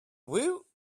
woot